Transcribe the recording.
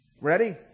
Ready